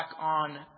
on